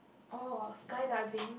oh sky diving